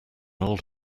old